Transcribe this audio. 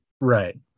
Right